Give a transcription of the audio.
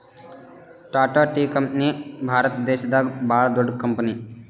Tata tea company Bharat ದೇಶದಾಗೆ ಭಾಳ್ ದೊಡ್ಡದ್ ಕಂಪನಿ